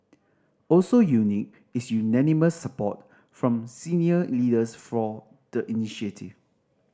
also unique is unanimous support from senior leaders for the initiative